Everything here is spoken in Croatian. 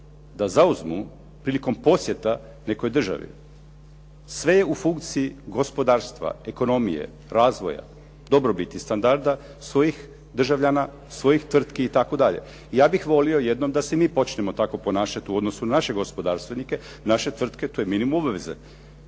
da zauzmu prilikom posjeta nekoj državi. Sve je u funkciji gospodarstva, ekonomije, razvoja, dobrobiti, standarda, svojih državljana, svojih tvrtki i tako dalje. Ja bih volio da se i mi počnemo tako ponašati u odnosu na naše gospodarstvenike, naše tvrtke to je minimum obaveze.